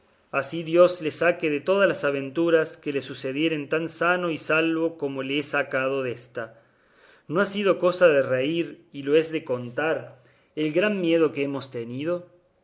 así dios le saque de todas las aventuras que le sucedieren tan sano y salvo como le ha sacado désta no ha sido cosa de reír y lo es de contar el gran miedo que hemos tenido